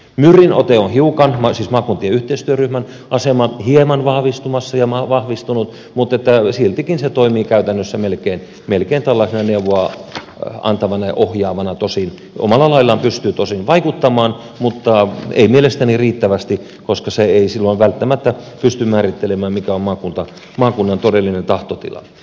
myrin ote siis maakuntien yhteistyöryhmän asema on hieman vahvistumassa ja vahvistunut mutta siltikin se toimii käytännössä melkein tällaisena neuvoa antavana ja ohjaavana omalla laillaan pystyy tosin vaikuttamaan mutta ei mielestäni riittävästi koska se ei silloin välttämättä pysty määrittelemään mikä on maakunnan todellinen tahtotila